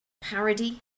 parody